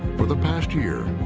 for the past year,